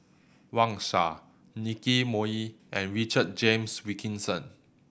Wang Sha Nicky Moey and Richard James Wilkinson